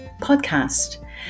podcast